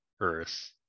Earth